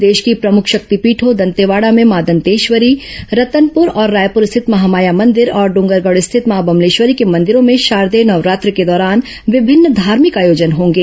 प्रदेश की प्रमुख शक्तिपीठों दंतेवाड़ा में मां दंतेश्वरी रतनपुर और रायपुर स्थित महामाया मंदिर और डोंगरगढ स्थित मां बम्लेश्वरी के मंदिरों में शारदेय नवरात्र के दौरोन विभिन्न धार्मिक आयोजन होंगे